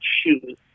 shoes